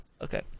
Okay